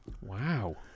wow